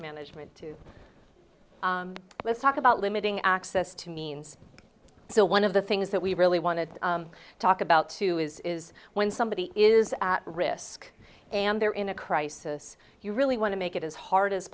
management let's talk about limiting access to means so one of the things that we really want to talk about too is is when somebody is at risk and they're in a crisis you really want to make it as hard as